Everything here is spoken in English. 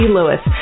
Lewis